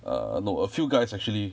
err no a few guys actually